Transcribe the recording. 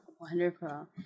Wonderful